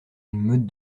meute